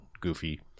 goofy